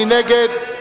מי נגד?